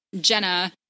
Jenna